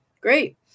Great